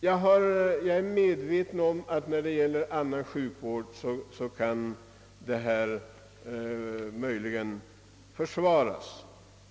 Jag är medveten om att åldersmeriteringen möjligen kan försvaras när det gäller annan sjukvård.